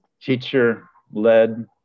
teacher-led